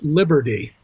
liberty